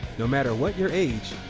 no matter what your age,